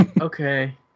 okay